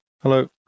Hello